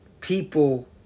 people